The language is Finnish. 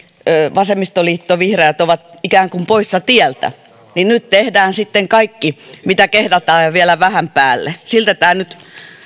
vasemmistoliitto vihreät ovat ikään kuin poissa tieltä niin nyt tehdään sitten kaikki mitä kehdataan ja vielä vähän päälle siltä tämä nyt